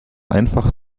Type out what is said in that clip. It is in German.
einfach